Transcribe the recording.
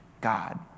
God